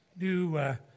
new